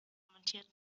kommentiert